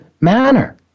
manner